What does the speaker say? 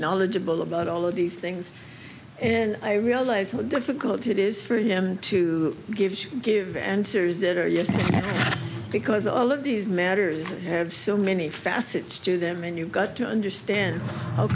knowledgeable about all of these things and i realize how difficult it is for him to give give answers that are yes because all of these matters have so many facets to them and you've got to understand how